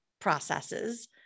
processes